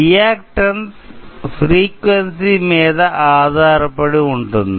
reactance frequency మీద ఆధారపడి ఉంటుంది